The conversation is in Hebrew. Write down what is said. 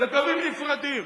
לקווים נפרדים.